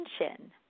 attention